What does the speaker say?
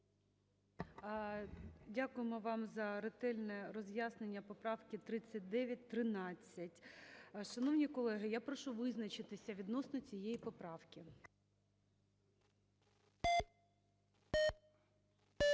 Дякуємо вам за ретельне роз'яснення поправки 3913. Шановні колеги, я прошу визначитися відносно цієї поправки.